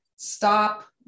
stop